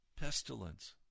pestilence